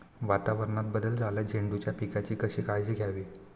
वातावरणात बदल झाल्यास झेंडूच्या पिकाची कशी काळजी घ्यावी?